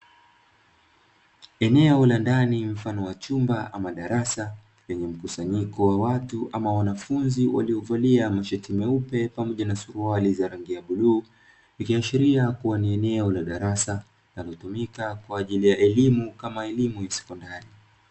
Eneo la ndani mfano wa chumba ama darasa lenye mkusanyiko wa watu ama wanafunzi, waliovalia mashati meupe pamoja na suruali za rangi ya bluu ikiashiria kuwa ni eneo la darasa, linalotumika kwa ajili ya elimu kama elimu ya sekondari.